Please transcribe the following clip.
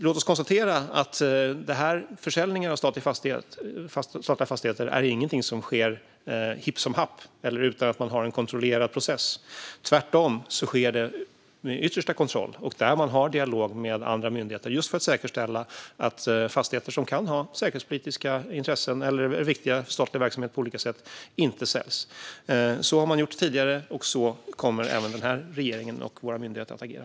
Låt oss konstatera att försäljningen av statliga fastigheter inte är något som sker hipp som happ eller utan att man har en kontrollerad process. Det sker tvärtom med yttersta kontroll. Man har dialog med andra myndigheter för att säkerställa att fastigheter där det kan finnas säkerhetspolitiska intressen eller som på olika sätt är viktiga för statlig verksamhet inte säljs. Så har man gjort tidigare, och så kommer även denna regering och våra myndigheter att agera.